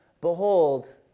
behold